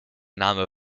name